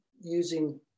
using